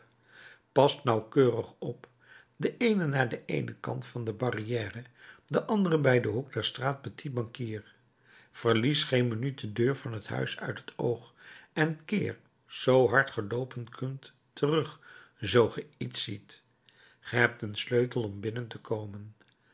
past nauwkeurig op de eene naar den kant der barrière de andere bij den hoek der straat petit banquier verlies geen minuut de deur van het huis uit het oog en keer zoo hard ge loopen kunt terug zoo ge iets ziet ge hebt een sleutel om binnen te komen